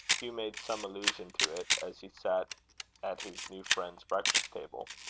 hugh made some allusion to it, as he sat at his new friend's breakfast-table.